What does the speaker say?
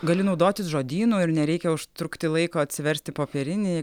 gali naudotis žodynu ir nereikia užtrukti laiko atsiversti popierinį